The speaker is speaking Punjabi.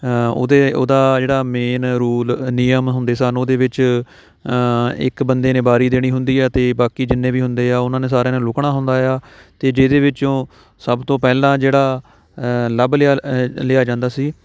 ਉਹਦੇ ਉਹਦਾ ਜਿਹੜਾ ਮੇਨ ਰੂਲ ਨਿਯਮ ਹੁੰਦੇ ਸਨ ਉਹਦੇ ਵਿੱਚ ਇੱਕ ਬੰਦੇ ਨੇ ਵਾਰੀ ਦੇਣੀ ਹੁੰਦੀ ਆ ਅਤੇ ਬਾਕੀ ਜਿੰਨੇ ਵੀ ਹੁੰਦੇ ਆ ਉਹਨਾਂ ਨੇ ਸਾਰਿਆਂ ਨੇ ਲੁਕਣਾ ਹੁੰਦਾ ਆ ਅਤੇ ਜਿਹਦੇ ਵਿੱਚੋਂ ਸਭ ਤੋਂ ਪਹਿਲਾਂ ਜਿਹੜਾ ਲੱਭ ਲਿਆ ਲਿਆ ਜਾਂਦਾ ਸੀ